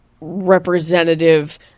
representative